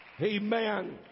Amen